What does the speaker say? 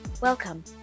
Welcome